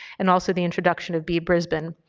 and also the introduction of b brisbane